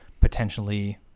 potentially